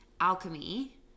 alchemy